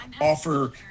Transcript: offer